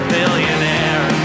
billionaire